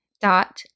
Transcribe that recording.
dot